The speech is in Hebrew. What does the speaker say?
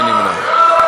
מי נמנע?